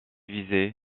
visé